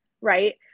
right